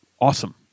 awesome